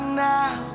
now